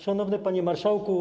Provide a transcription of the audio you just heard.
Szanowny Panie Marszałku!